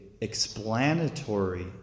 explanatory